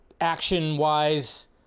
Action-wise